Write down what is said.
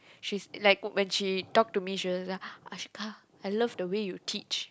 she's like when she talk to me she was like Ashika I love the way you teach